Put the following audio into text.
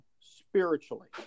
spiritually